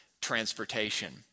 transportation